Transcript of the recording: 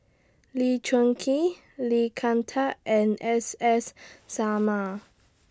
Lee Choon Kee Lee Kin Tat and S S Sarma